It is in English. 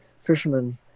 Fishermen